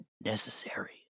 necessary